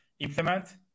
implement